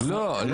לא.